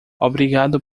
obrigado